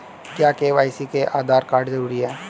क्या के.वाई.सी में आधार कार्ड जरूरी है?